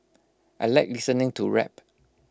I Like listening to rap